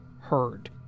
heard